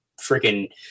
freaking